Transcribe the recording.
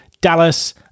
Dallas